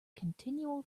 continual